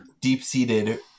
deep-seated